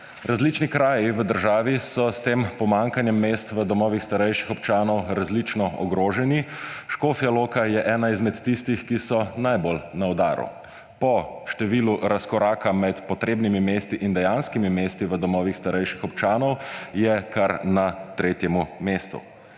Različni kraji v državi so s tem pomanjkanjem mest v domovih starejših občanov različno ogroženi. Škofja Loka je ena izmed tistih, ki so najbolj na udaru. Po številu razkoraka med potrebnimi mesti in dejanskimi mesti v domovih starejših občanov je kar na tretjem mestu.